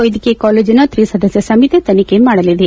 ವ್ಯೆದ್ಧಕೀಯ ಕಾಲೇಜಿನ ತ್ರಿಸದಸ್ಥ ಸಮಿತಿ ತನಿಖೆ ಮಾಡಲಿದೆ